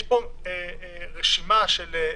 יש פה רשימה של סעיפים,